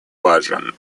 важен